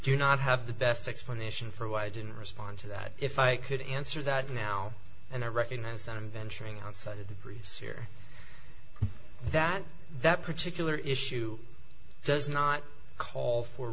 do not have the best explanation for why i didn't respond to that if i could answer that now and i recognize that i'm venturing outside of the briefs here that that particular issue does not call for